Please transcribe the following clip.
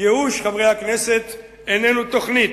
ייאוש, חברי הכנסת, איננו תוכנית.